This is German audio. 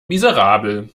miserabel